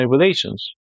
relations